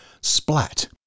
splat